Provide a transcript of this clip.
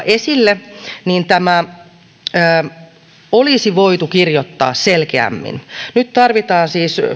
esille tämä olisi voitu kirjoittaa selkeämmin nyt tarvitaan siis